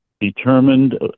determined